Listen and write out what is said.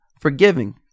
forgiving